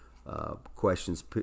Questions